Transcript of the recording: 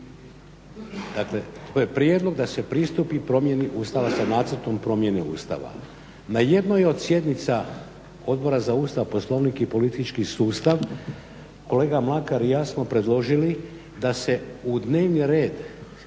Dakle, to je prijedlog da se pristupi promjeni Ustava po nacrtu promjene Ustava. Na jednoj od sjednica Odbora za Ustav, poslovnik i politički sustav, kolega Mlakar i ja smo predložili da se u dnevni red